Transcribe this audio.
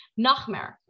Nachmer